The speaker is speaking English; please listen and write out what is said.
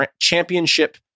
championship